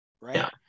right